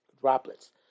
Droplets